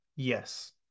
Yes